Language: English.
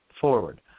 forward